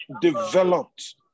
developed